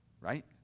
right